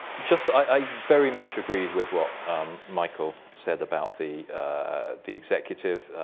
just, i very much agreed with what michael said about the the executive,